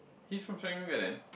he's from Serangoon-Garden